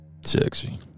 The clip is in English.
sexy